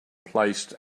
placed